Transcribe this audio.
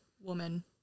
woman